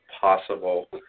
possible